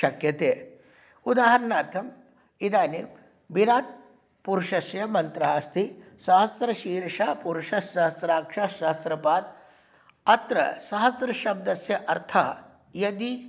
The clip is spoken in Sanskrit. शक्यते उदाहरणार्थम् इदानीं विराट्पुरुषस्य मन्त्रः अस्ति सहस्रशीर्षः पुरुषः सहस्राक्षः सहस्रपात् अत्र सहस्रशब्दस्य अर्थः यदि